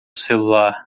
celular